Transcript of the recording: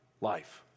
life